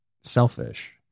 selfish